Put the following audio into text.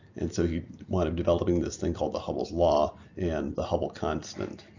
and so he wound up developing this thing called the hubble's law and the hubble constant.